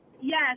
yes